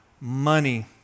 money